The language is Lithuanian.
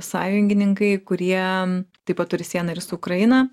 sąjungininkai kurie taip pat turi sieną ir su ukraina